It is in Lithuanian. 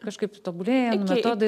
kažkaip tobulėja metodai